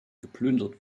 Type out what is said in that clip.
geplündert